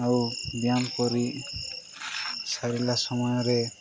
ଆଉ ବ୍ୟାୟାମ କରି ସାରିଲା ସମୟରେ